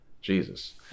jesus